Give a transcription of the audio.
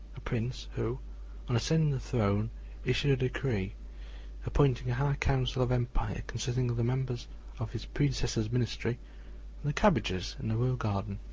a prince who on ascending the throne issued a decree appointing a high council of empire consisting of the members of his predecessor's ministry and the cabbages in the royal garden.